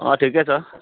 अँ ठिकै छ